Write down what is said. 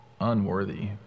unworthy